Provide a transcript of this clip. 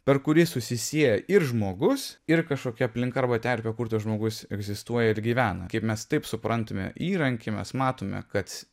per kurį susisieja ir žmogus ir kažkokia aplinka arba terpė kur tas žmogus egzistuoja ir gyvena kaip mes taip suprantame įrankį mes matome kad